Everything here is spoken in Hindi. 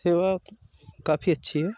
सेवा काफी अच्छी है